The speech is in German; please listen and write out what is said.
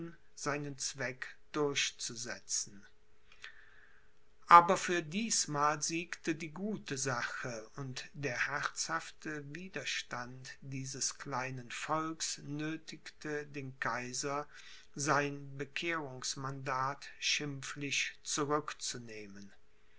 seinen zweck durchzusetzen aber für diesmal siegte die gute sache und der herzhafte widerstand dieses kleinen volks nöthigte den kaiser sein bekehrungsmandat schimpflich zurückzunehmen